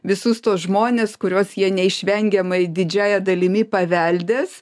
visus tuos žmones kuriuos jie neišvengiamai didžiąja dalimi paveldės